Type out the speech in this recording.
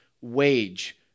wage